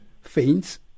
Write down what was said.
faints